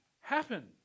happen